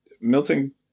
Milton